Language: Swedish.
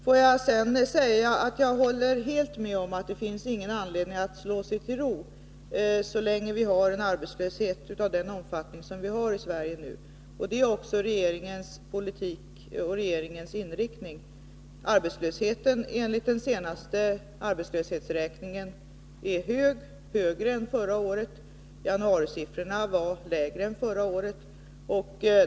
Får jag sedan säga att jag håller helt med om att det inte finns någon anledning att slå sig till ro så länge vi har en arbetslöshet av den nuvarande omfattningen. Det är också inriktningen i regeringens politik. Arbetslösheten enligt den senaste arbetslöshetsräkningen är hög, högre än förra året. Januarisiffrorna var lägre än förra året.